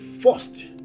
first